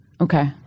Okay